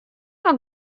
noch